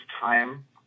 time